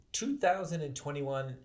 2021